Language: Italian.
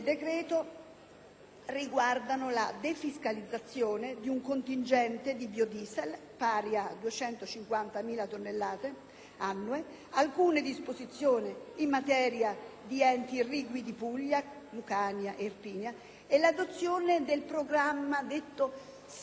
riguardano la defiscalizzazione di un contingente di biodiesel, pari a 250.000 tonnellate annue, alcune disposizioni in materia di enti irrigui in Puglia, Lucania e Irpinia e l'adozione del programma SFOP